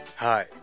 Hi